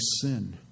sin